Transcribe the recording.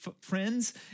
friends